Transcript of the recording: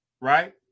right